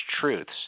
truths